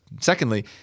secondly